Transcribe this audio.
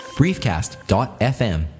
briefcast.fm